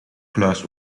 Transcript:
kluis